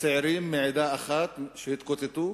צעירים מעדה אחת שהתקוטטו,